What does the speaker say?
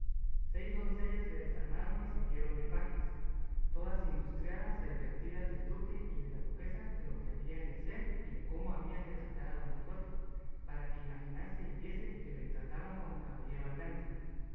seis doncellas le desarmaron y sirvieron de pajes todas industriadas y advertidas del duque y de la duquesa de lo que habían de hacer y de cómo habían de tratar a don quijote para que imaginase y viese que le trataban como caballero andante